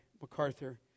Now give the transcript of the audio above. MacArthur